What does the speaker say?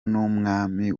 n’umwami